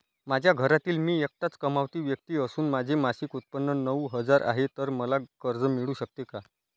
माझ्या घरातील मी एकटाच कमावती व्यक्ती असून माझे मासिक उत्त्पन्न नऊ हजार आहे, तर मला कर्ज मिळू शकते का?